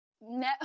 no